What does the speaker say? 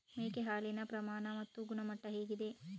ಮೇಕೆ ಹಾಲಿನ ಪ್ರಮಾಣ ಮತ್ತು ಗುಣಮಟ್ಟ ಹೇಗಿದೆ?